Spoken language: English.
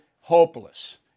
hopeless